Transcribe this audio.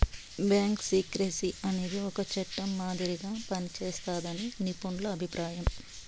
bank secrecy అనేది ఒక చట్టం మాదిరిగా పనిజేస్తాదని నిపుణుల అభిప్రాయం